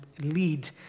lead